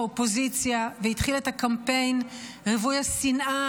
האופוזיציה והתחיל את הקמפיין רווי השנאה,